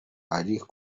ariho